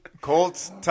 Colts